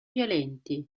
violenti